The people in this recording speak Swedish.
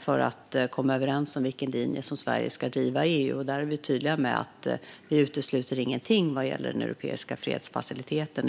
för att komma överens om vilken linje som Sverige ska driva i EU. Vi är tydliga med att vi inte utesluter någonting vad gäller den europeiska fredsfaciliteten.